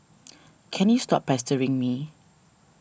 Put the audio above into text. can you stop pestering me